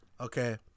Okay